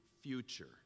future